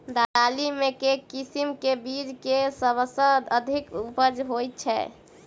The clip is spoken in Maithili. दालि मे केँ किसिम केँ बीज केँ सबसँ अधिक उपज होए छै?